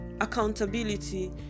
accountability